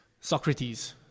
Socrates